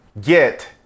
Get